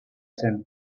zen